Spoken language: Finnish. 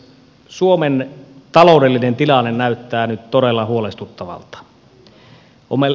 suomen taloudellinen tilanne näyttää nyt todella huolestuttavalta